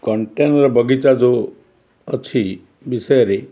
container ବଗିଚା ଯେଉଁ ଅଛି ବିଷୟରେ